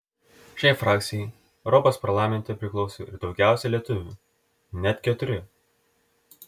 šiai frakcijai europos parlamente priklauso ir daugiausiai lietuvių net keturi